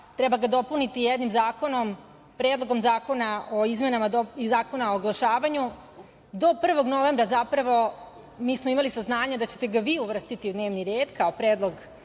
treba dopuniti predlogom zakona o izmenama zakona o oglašavanju. Do 1. novembra smo imali saznanja da ćete ga vi uvrstiti u dnevni red kao predlog